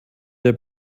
der